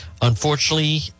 unfortunately